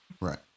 Right